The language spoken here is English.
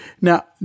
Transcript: Now